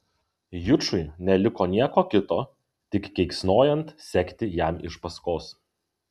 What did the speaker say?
jučui neliko nieko kito tik keiksnojant sekti jam iš paskos